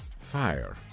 Fire